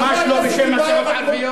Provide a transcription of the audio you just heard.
ממש לא בשם הסיעות הערביות.